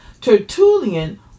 Tertullian